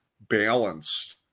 balanced